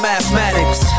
Mathematics